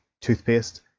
toothpaste